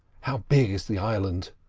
how big is the island?